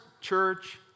church